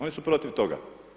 Oni su protiv toga.